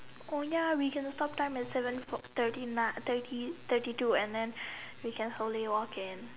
oh ya we can stop time at seven for~ thirty ni~ thirty thirty two and then we can slowly walk in